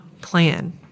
plan